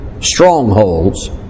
strongholds